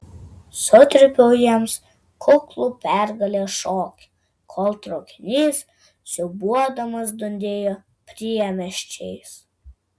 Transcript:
sutrypiau jiems kuklų pergalės šokį kol traukinys siūbuodamas dundėjo priemiesčiais